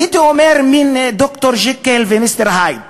הייתי אומר, מין ד"ר ג'קיל ומיסטר הייד.